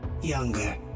younger